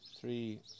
three